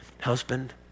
husband